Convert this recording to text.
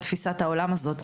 את תפיסת העולם הזו,